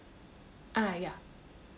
ah ya